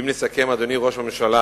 ואם נסכם, אדוני ראש הממשלה,